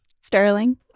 Sterling